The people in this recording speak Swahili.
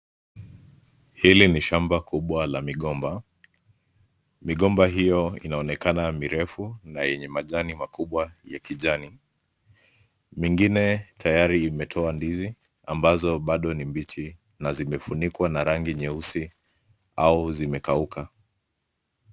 Hili ni shamba kubwa la migomba. Migomba hio inaonekana mirefu na yenye majani makubwa ya kijani. Mingine tayari imetoa ndizi, ambazo bado ni mbichi na zimefunikwa na rangi nyeusi au zimekauka.